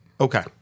Okay